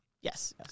Yes